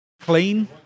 clean